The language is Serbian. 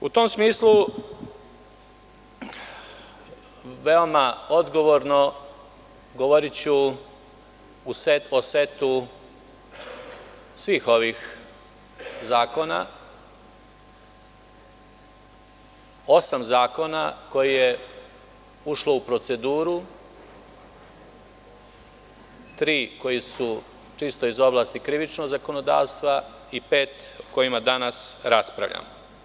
U tom smislu veoma odgovorno govoriću o setu svih ovih zakona, osam zakona koji su ušli u proceduru, tri koji su čisto iz oblasti krivičnog zakonodavstva i pet o kojima danas raspravljamo.